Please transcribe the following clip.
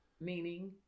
meaning